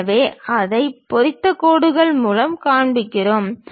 எனவே அதை பொறித்த கோடுகள் மூலம் காண்பிக்கிறோம்